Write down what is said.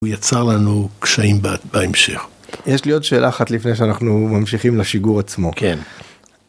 הוא יצר לנו קשיים בהמשך. יש לי עוד שאלה אחת לפני שאנחנו ממשיכים לשיגור עצמו. כן.